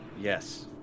Yes